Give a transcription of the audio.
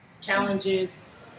Challenges